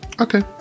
Okay